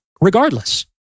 regardless